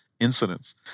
incidents